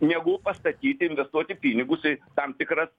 negu pastatyti investuoti pinigus į tam tikras